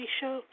show